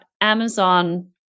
Amazon